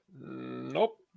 Nope